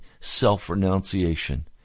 self-renunciation